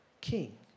king